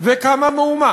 וקמה מהומה